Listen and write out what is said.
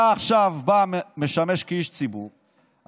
אתה עכשיו בא ומשמש כאיש ציבור,